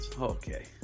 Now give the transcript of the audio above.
Okay